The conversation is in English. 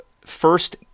first